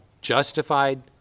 justified